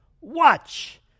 Watch